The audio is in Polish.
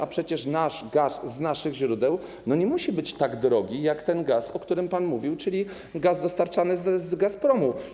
A przecież nasz gaz, z naszych źródeł, nie musi być tak drogi jak ten gaz, o którym pan mówił, czyli gaz dostarczany z Gazpromu.